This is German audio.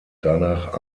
danach